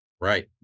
Right